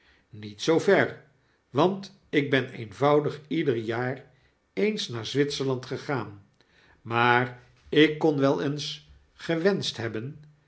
niet zoo ver want ik ben eenvoudig ieder jaar eens naar z w i t s e r a n d gegaan maar ik kon wel eens gewenscht hebben